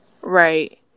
Right